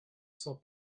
zur